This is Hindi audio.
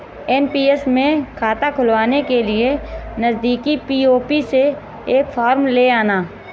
एन.पी.एस में खाता खुलवाने के लिए नजदीकी पी.ओ.पी से एक फॉर्म ले आना